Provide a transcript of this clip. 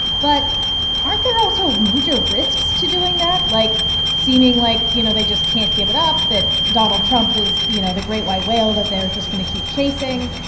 but aren't there also major risks to doing that, like seeming like, you know, they just can't give it up, that donald trump is, you know, the great white whale that they're just going to keep chasing?